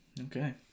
Okay